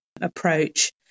approach